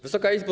Wysoka Izbo!